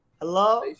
Hello